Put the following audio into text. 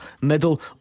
middle